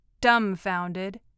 dumbfounded